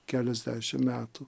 keliasdešim metų